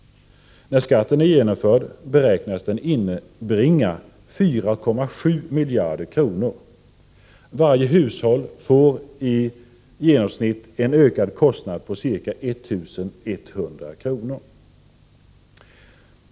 När skatten är genomförd beräknas den inbringa 4,7 miljarder kronor. Varje hushåll får i genomsnitt en ökad kostnad på ca 1 000 kr.